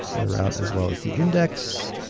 a route as well as the index.